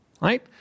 right